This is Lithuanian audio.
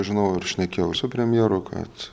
žinau ir šnekėjau su premjeru kad